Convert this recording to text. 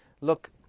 Look